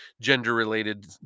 gender-related